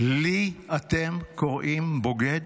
לי אתם קוראים בוגד?